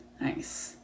Nice